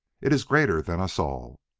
it is greater than us all.